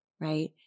right